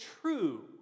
true